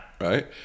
Right